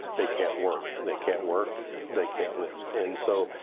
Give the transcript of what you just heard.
they can't work. and they can't work they can't live. and so